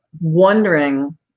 Wondering